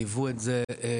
ליוו את זה,